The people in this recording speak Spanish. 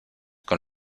con